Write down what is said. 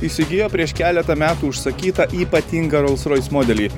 įsigijo prieš keletą metų užsakytą ypatingą rolls royce modelį